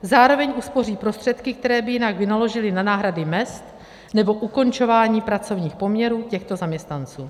Zároveň uspoří prostředky, které by jinak vynaložili na náhradu mezd nebo ukončování pracovních poměrů těchto zaměstnanců.